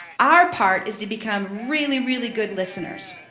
our part is to become really, really good listeners.